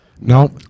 No